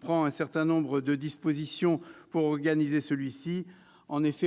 prend un certain nombre de dispositions pour l'organiser.